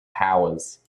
powers